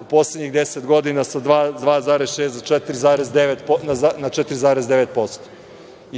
u poslednjih 10 godina sa 2,6% na 4,9%.